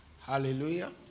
hallelujah